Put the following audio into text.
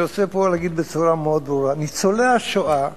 אני רוצה פה להגיד בצורה מאוד ברורה: ניצולי השואה